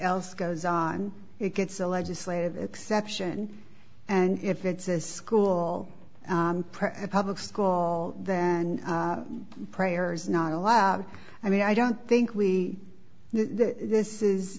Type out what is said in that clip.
else goes on it gets a legislative exception and if it's a school prayer at public school then prayer is not allowed i mean i don't think we this is